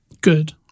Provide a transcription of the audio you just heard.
good